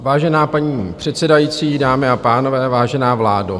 Vážená paní předsedající, dámy a pánové, vážená vládo.